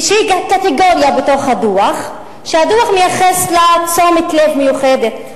שהיא קטגוריה בדוח שהדוח מייחס לה תשומת לב מיוחדת.